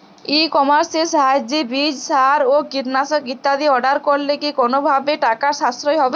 ই কমার্সের সাহায্যে বীজ সার ও কীটনাশক ইত্যাদি অর্ডার করলে কি কোনোভাবে টাকার সাশ্রয় হবে?